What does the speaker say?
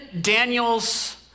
Daniel's